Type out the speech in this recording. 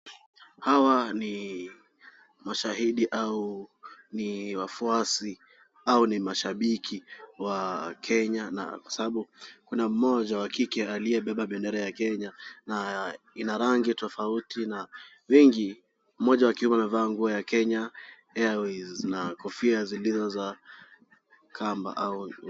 Hawa ni mashahidi au wafuasi au ni mashabiki wa Kenya na sababu kuna mmoja wa kike aliyebeba bendera ya Kenya na ina rangi tofauti na wengi mmoja akiwa amevaa nguo ya Kenya airways na kofia zilizo za kamba.